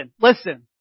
listen